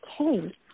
Okay